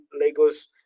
Lagos